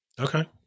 Okay